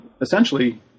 essentially